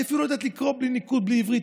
היא אפילו לא יודעת לקרוא בלי ניקוד בעברית,